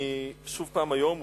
אני שוב הפעם היום מולך,